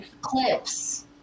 clips